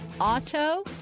auto